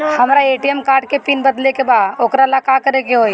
हमरा ATM card के PIN बदले के बा वोकरा ला का करे के होई?